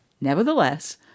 Nevertheless